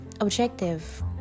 objective